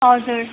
हजुर